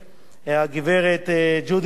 הגברת ג'ודי וסרמן.